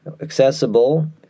accessible